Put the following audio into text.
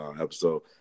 episode